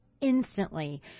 instantly